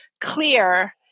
clear